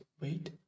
wait